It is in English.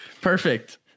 Perfect